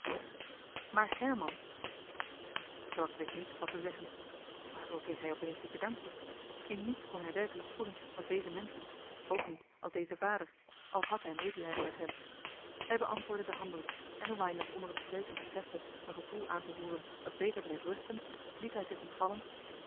maar herman stork wist niet wat te zeggen waarvoor kreeg hij opeens dit bedankje in niets kon hij werkelijk voelen als deze menschen ook niet als deze vader al had hij medelijden met hem hij beantwoordde den handdruk en hoewel hij nog onder het spreken besefte een gevoel aan te roeren dat beter bleef rusten liet hij zich ontvallen